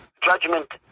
judgment